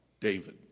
David